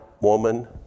woman